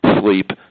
sleep